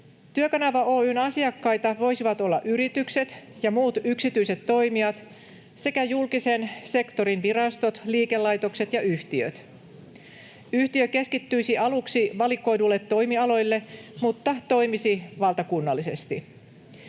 Työkanava Oy:n asiakkaita voisivat olla yritykset ja muut yksityiset toimijat sekä julkisen sektorin virastot, liikelaitokset ja yhtiöt. Yhtiö keskittyisi aluksi valikoiduille toimialoille mutta toimisi valtakunnallisesti.